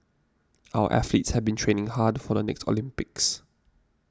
our athletes have been training hard for the next Olympics